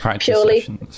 purely